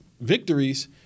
victories